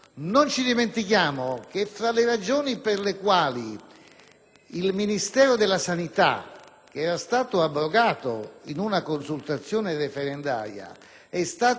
il Ministero della sanità, che era stato abrogato in una consultazione referendaria, è stato risuscitato vi è questo profilo